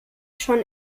schon